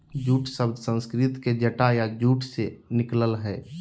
jute शब्द संस्कृत के जटा या जूट से निकलल हइ